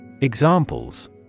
Examples